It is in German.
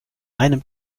einem